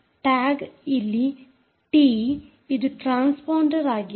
tag ಇಲ್ಲಿ T ಇದು transponder ಆಗಿದೆ